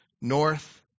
north